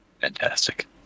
Fantastic